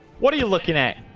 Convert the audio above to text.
what are you looking at?